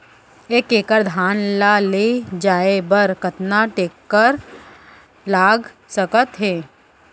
एक एकड़ धान ल ले जाये बर कतना टेकटर लाग सकत हे?